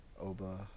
Oba